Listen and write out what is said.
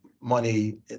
money